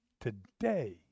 today